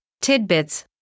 tidbits